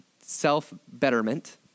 self-betterment